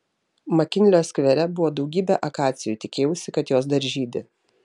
makinlio skvere buvo daugybė akacijų tikėjausi kad jos dar žydi